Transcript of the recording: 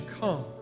come